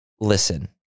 Listen